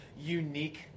unique